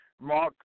Mark